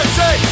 say